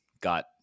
got